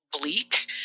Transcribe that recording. bleak